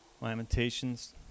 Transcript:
Lamentations